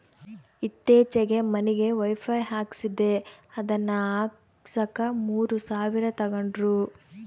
ಈತ್ತೀಚೆಗೆ ಮನಿಗೆ ವೈಫೈ ಹಾಕಿಸ್ದೆ ಅದನ್ನ ಹಾಕ್ಸಕ ಮೂರು ಸಾವಿರ ತಂಗಡ್ರು